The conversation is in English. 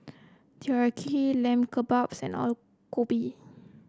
Teriyaki Lamb Kebabs and Alu Gobi